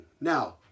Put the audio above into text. Now